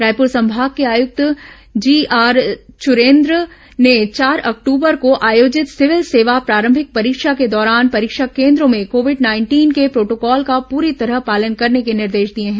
रायपुर संभाग के आयुक्त जीआर चुरेन्द्र ने चार अक्टूबर को आयोजित सिविल सेवा प्रारंभिक परीक्षा के दौरान परीक्षा केन्द्रों में कोविड नाइंटीन के प्रोटोकॉल का पूरी तरह पालन करने के निर्देश दिए हैं